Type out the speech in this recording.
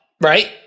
right